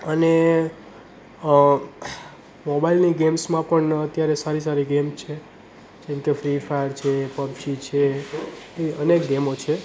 અને મોબાઈલની ગેમ્સમાં પણ અત્યારે સારી સારી ગેમ છે જેમ કે ફ્રી ફાયર છે પબજી છે એવી અનેક ગેમો છે